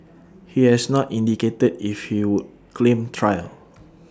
he has not indicated if he would claim trial